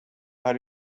are